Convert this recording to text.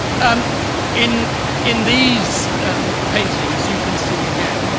um in in these and paintings, you can see, again,